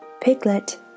Piglet